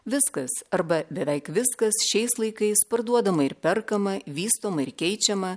viskas arba beveik viskas šiais laikais parduodama ir perkama vystoma ir keičiama